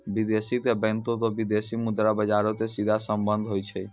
विदेशो के बैंको से विदेशी मुद्रा बजारो के सीधा संबंध होय छै